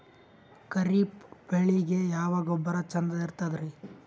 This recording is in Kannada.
ಖರೀಪ್ ಬೇಳಿಗೆ ಯಾವ ಗೊಬ್ಬರ ಚಂದ್ ಇರತದ್ರಿ?